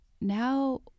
now